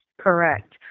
Correct